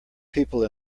people